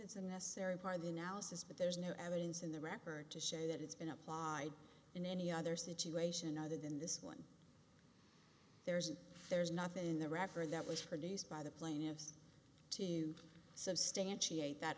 it's a necessary part of the analysis but there's no evidence in the record to say that it's been applied in any other situation other than this one there's there's nothing in the record that was produced by the plaintiffs to substantiate that